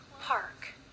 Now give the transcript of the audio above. park